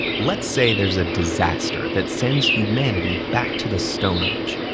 let's say there's a disaster that sends humanity back to the stone age.